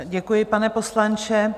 Děkuji, pane poslanče.